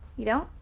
you don't?